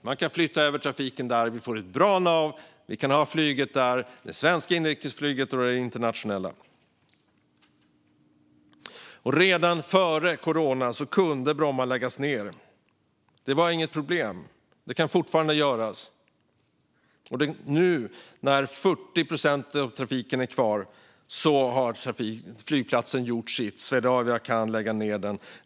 Man kan flytta över trafiken dit så att vi får ett bra nav och kan ha både det svenska inrikesflyget och det internationella flyget där. Redan före coronapandemin hade Bromma utan problem kunnat läggas ned. Det kan fortfarande göras. Nu när endast 40 procent av trafiken är kvar har flygplatsen gjort sitt. Swedavia kan lägga ned den.